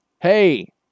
Hey